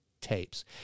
Tapes